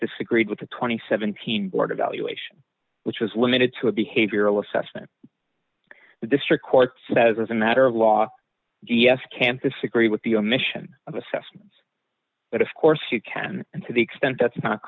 disagreed with the two thousand and seventeen board evaluation which was limited to a behavioral assessment the district court says as a matter of law vs can't disagree with the omission of assessments but of course you can and to the extent that's not